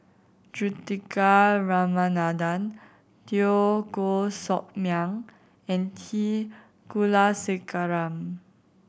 Juthika Ramanathan Teo Koh Sock Miang and T Kulasekaram